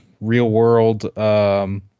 Real-world